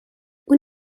اون